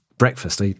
Breakfast